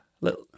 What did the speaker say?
Little